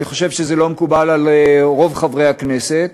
אני חושב שזה לא מקובל על רוב חברי הכנסת.